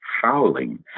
howling